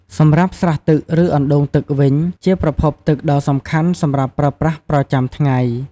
សម្រាប់ស្រះទឹក ឬអណ្ដូងទឹកវិញ ជាប្រភពទឹកដ៏សំខាន់សម្រាប់ប្រើប្រាស់ប្រចាំថ្ងៃ។